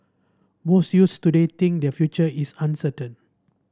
most youths today think their future is uncertain